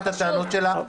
רק הערה חשוב לומר.